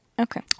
Okay